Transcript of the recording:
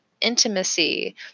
intimacy